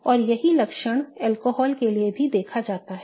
और यही लक्षण अल्कोहल के लिए भी देखा जाता है